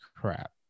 crap